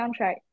soundtrack